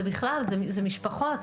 בכלל, אלה משפחות.